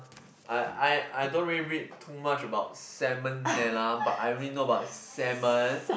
I I I don't really read too much about Salmonella but I only know about salmon